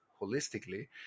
holistically